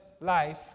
life